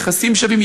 יחסים שווים,